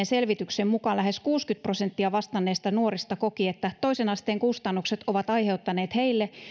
selvityksen mukaan lähes kuusikymmentä prosenttia vastanneista nuorista koki että toisen asteen kustannukset ovat aiheuttaneet heille